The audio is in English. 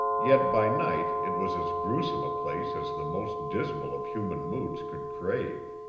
yet by night it was as gruesome a place as the most dismal of human moods could crave.